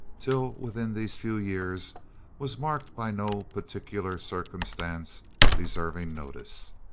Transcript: till within these few years was marked by no particular circumstance deserving notice.